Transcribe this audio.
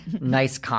Nice